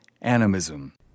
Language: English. animism